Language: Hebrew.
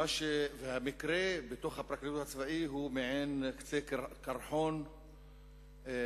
והמקרה בתוך הפרקליטות הצבאית הוא מעין קצה קרחון אדיר